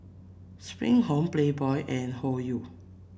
Spring Home Playboy and Hoyu